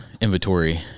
inventory-